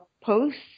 posts